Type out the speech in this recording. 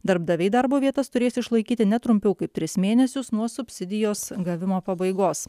darbdaviai darbo vietas turės išlaikyti ne trumpiau kaip tris mėnesius nuo subsidijos gavimo pabaigos